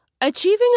achieving